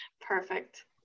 Perfect